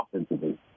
offensively